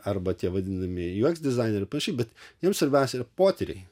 arba tie vadinamieji juoks dizaineriai panašiai bet jiems svarbiausia yra potyriai